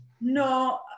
No